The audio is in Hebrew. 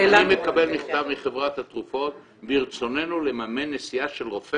אני מקבל מכתב מחברת התרופות: ברצוננו לממן נסיעה של רופא